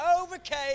overcame